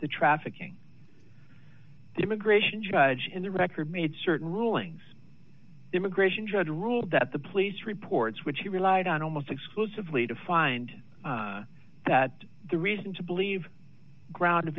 the trafficking the immigration judge in the record made certain rulings immigration judge ruled that the police reports which he relied almost exclusively to find that the reason to believe ground